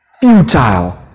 futile